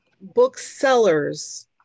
booksellers